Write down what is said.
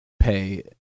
pay